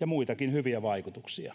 ja muitakin hyviä vaikutuksia